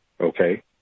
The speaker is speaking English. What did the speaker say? okay